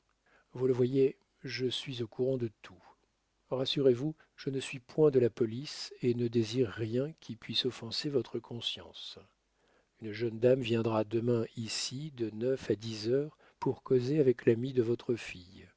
vous le voyez je suis au courant de tout rassurez-vous je ne suis point de la police et ne désire rien qui puisse offenser votre conscience une jeune dame viendra demain ici de neuf à dix heures pour causer avec l'ami de votre fille